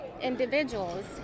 individuals